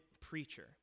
preacher